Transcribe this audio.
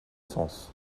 sens